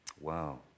Wow